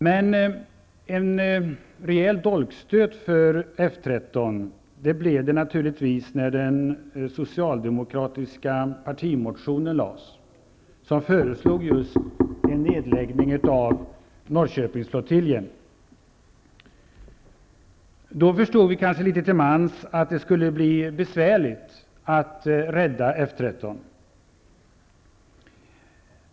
Men när den socialdemokratiska partimotionen lades fram blev det naturligtvis en rejäl dolkstöt för F 13. I den föreslogs just en nedläggning av Norrköpingsflottiljen. Då förstod vi nog litet till mans att det kanske skulle bli litet besvärligt att rädda F 13.